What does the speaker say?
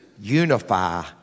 unify